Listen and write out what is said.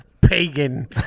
pagan